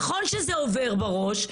נכון שזה עובר בראש,